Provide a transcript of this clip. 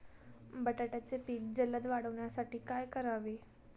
बटाट्याचे पीक जलद वाढवण्यासाठी काय करावे?